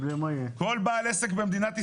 כל בעל עסק במדינת ישראל,